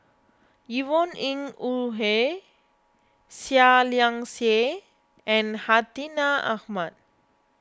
Yvonne Ng Uhde Seah Liang Seah and Hartinah Ahmad